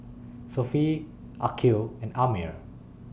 Sofea Aqil and Ammir